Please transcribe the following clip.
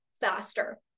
faster